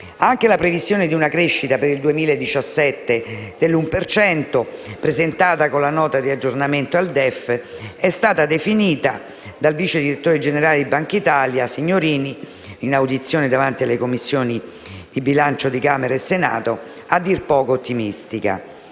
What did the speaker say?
Anche la previsione di una crescita per il 2017 dell'1 per cento, presentata con la Nota di aggiornamento al DEF, è stata definita dal vice direttore generale di Banca d'Italia Signorini, in audizione davanti alle Commissioni bilancio di Camera e Senato, a dir poco ottimistica.